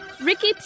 Ricky